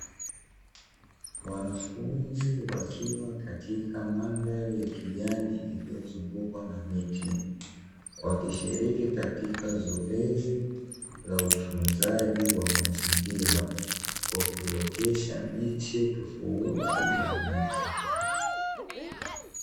Wanafunzi wakiwa katika mandhari ya kijani iliyozungukwa na miti, wakishiriki katika zoezi la utunzaji wa mazingira kwa kuotesha miche tofauti ya miti.